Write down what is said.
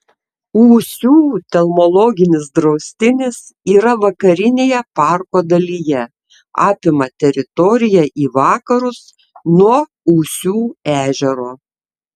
ūsių telmologinis draustinis yra vakarinėje parko dalyje apima teritoriją į vakarus nuo ūsių ežero